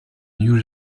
new